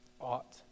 ought